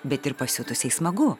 bet ir pasiutusiai smagu